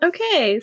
Okay